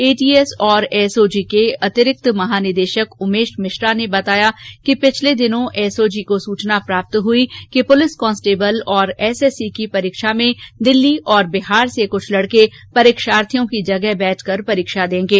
ATS तथा SOG के अतिरिक्त महानिदेशक उमेश मिश्रा ने बताया कि पिछले दिनों एसओजी को सूचना प्राप्त हुई कि पुलिस कांस्टेबल और एसएससी की परीक्षा में दिल्ली और बिहार से कुछ लड़के परीक्षार्थियों की जगह बैठकर परीक्षा देंगे